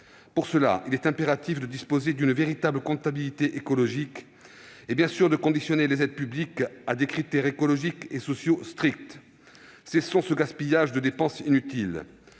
Pour cela, il est impératif de disposer d'une véritable comptabilité écologique et, bien sûr, de subordonner les aides publiques au respect de critères écologiques et sociaux stricts. Cessons ce gaspillage de dépenses inutiles